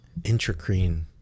Intracrine